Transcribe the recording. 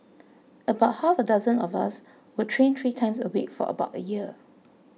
about half a dozen of us would train three times a week for about a year